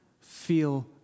feel